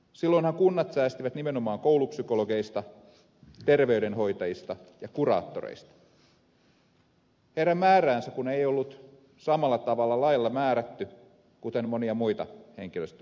silloinhan kunnat säästivät nimenomaan koulupsykologeista terveydenhoitajista ja kuraattoreista heidän määräänsä kun ei ollut samalla tavalla lailla määrätty kuten monia muita henkilöstöasioita määrätään